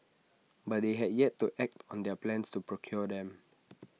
but they had yet to act on their plans to procure them